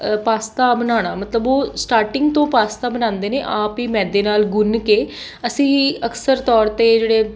pasta ਬਣਾਉਣਾ ਮਤਲਬ ਉਹ ਸਟਾਰਟਿੰਗ ਤੋਂ ਪਾਸਤਾ ਬਣਾਉਂਦੇ ਨੇ ਆਪ ਹੀ ਮੈਦੇ ਨਾਲ਼ ਗੁੰਨ ਕੇ ਅਸੀਂ ਅਕਸਰ ਤੌਰ 'ਤੇ ਜਿਹੜੇ